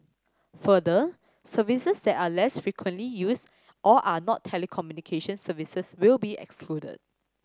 further services that are less frequently used or are not telecommunication services will be excluded